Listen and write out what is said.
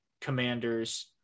Commanders